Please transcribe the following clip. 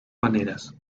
maneras